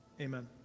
Amen